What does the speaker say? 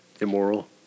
immoral